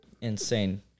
insane